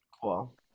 Cool